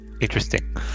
Interesting